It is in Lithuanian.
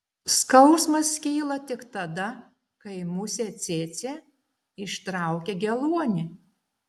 skausmas kyla tik tada kai musė cėcė ištraukia geluonį